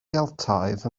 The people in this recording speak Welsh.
geltaidd